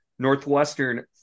Northwestern